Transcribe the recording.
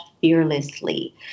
Fearlessly